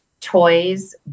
toys